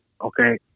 Okay